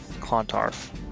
Clontarf